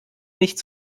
nicht